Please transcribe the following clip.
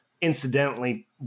incidentally